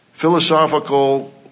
philosophical